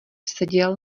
seděl